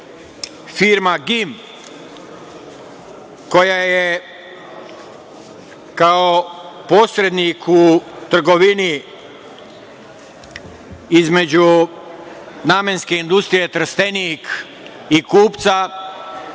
firma „GIM“, koja je kao posrednik u trgovini između Namenske industrije Trstenik i kupca